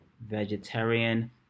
vegetarian